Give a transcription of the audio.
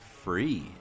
Free